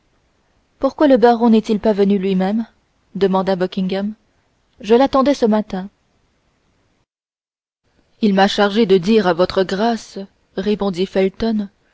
pourquoi le baron n'est-il pas venu lui-même demanda buckingham je l'attendais ce matin il m'a chargé de dire à votre grâce répondit